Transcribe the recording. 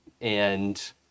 and-